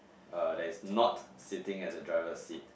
uh that is not sitting at the driver seat